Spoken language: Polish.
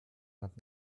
nad